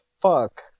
fuck